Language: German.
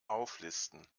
auflisten